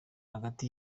hagati